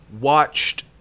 watched